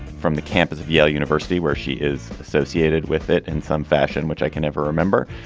from the campus of yale university, where she is associated with it in some fashion, which i can ever remember.